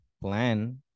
plan